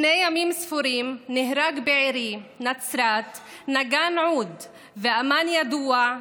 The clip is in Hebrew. לפני ימים ספורים נהרג בעירי נצרת נגן עוד ואומן ידוע,